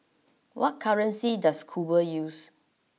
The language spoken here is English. what currency does Cuba use